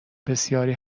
بسیاری